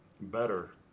better